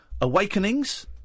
Awakenings